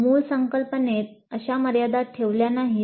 मूळ संकल्पनेत अशा मर्यादा ठेवल्या नाहीत